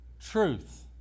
truth